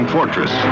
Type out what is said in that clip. fortress